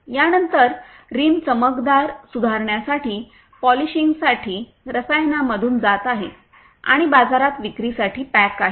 यानंतर रिम चमकदार सुधारण्यासाठी पॉलिशिंगसाठी रसायनांमधून जात आहे आणि बाजारात विक्रीसाठी पॅक आहे